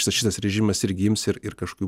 visas šitas režimas irgi ims ir ir kažkokiu